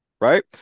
Right